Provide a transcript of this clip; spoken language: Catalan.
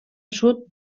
sud